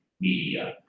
media